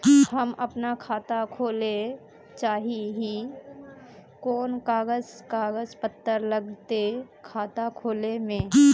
हम अपन खाता खोले चाहे ही कोन कागज कागज पत्तार लगते खाता खोले में?